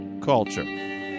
Culture